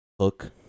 Hook